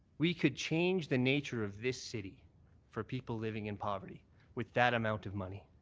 we could change the nature of this city for people living in poverty with that amount of money.